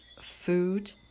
food